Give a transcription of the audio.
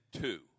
two